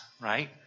right